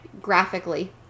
Graphically